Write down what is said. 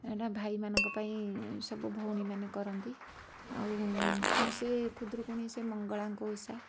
ଏଇଟା ଭାଇମାନଙ୍କ ପାଇଁ ସବୁ ଭଉଣୀ ମାନେ କରନ୍ତି ଆଉ ସେ ଖୁଦଦୁରୁକୁଣୀ ସେ ମଙ୍ଗଳାଙ୍କ ଓଷା